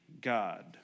God